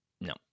No